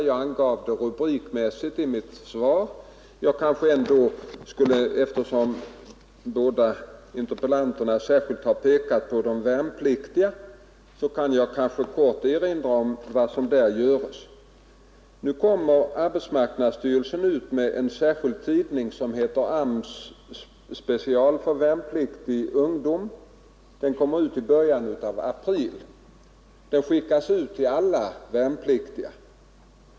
Jag angav det rubrikmässigt i mitt svar, men eftersom båda interpellanterna särskilt har pekat på de värnpliktiga skall jag kanske i korthet erinra om vad som görs på det området. I början av april kommer arbetsmarknadsstyrelsen ut med en särskild tidning som heter AMS Special för värnpliktig ungdom. Den skickas ut till alla värnpliktiga.